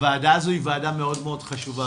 הוועדה הזו היא ועדה מאוד מאוד חשובה.